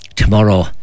tomorrow